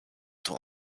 tun